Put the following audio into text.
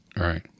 Right